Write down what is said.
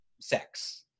sex